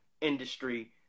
industry